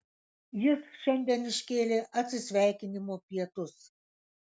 jis šiandien iškėlė atsisveikinimo pietus